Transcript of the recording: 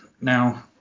Now